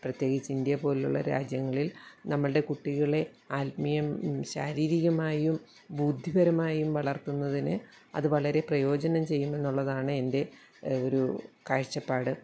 പ്രത്യേകിച്ച് ഇന്ത്യ പോലുള്ള രാജ്യങ്ങളിൽ നമ്മളുടെ കുട്ടികളെ ആത്മീയം ശാരീരികമായും ബുദ്ധിപരമായും വളർത്തുന്നതിന് അത് വളരെ പ്രയോജനം ചെയ്യുമെന്നുള്ളതാണ് എൻ്റെ ഒരു കാഴ്ചപ്പാട്